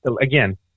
Again